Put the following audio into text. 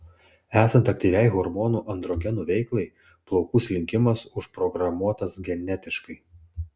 esant aktyviai hormonų androgenų veiklai plaukų slinkimas užprogramuotas genetiškai